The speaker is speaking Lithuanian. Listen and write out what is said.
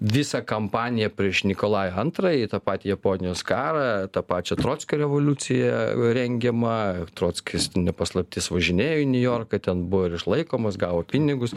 visą kampaniją prieš nikolajų antrąjį tą patį japonijos karą tą pačią trockio revoliuciją rengiamą trockis ne paslaptis važinėjo į niujorką ten buvo ir išlaikomas gavo pinigus